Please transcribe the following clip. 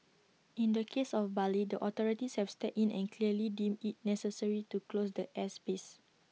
in the case of Bali the authorities have stepped in and clearly deemed IT necessary to close the airspace